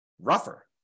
rougher